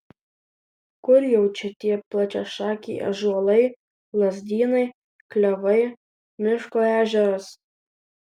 kur jau čia tie plačiašakiai ąžuolai lazdynai klevai miško ežeras